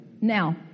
Now